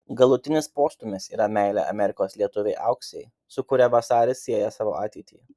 galutinis postūmis yra meilė amerikos lietuvei auksei su kuria vasaris sieja savo ateitį